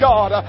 God